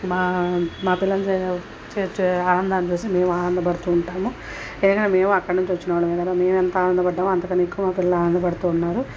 మా మా పిల్లల చేర్చే ఆనందాన్ని చూసి మేము ఆనందపడుతూ ఉంటాము పైగా మేము అక్కడి నుంచి వచ్చిన వాళ్ళమే కదా మేము ఎంత ఆనందపడ్డామో అంతకన్నా ఎక్కువ మా పిల్లలు ఆనందపడుతూ ఉన్నారు